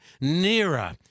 nearer